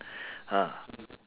ah